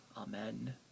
Amen